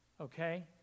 Okay